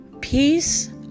peace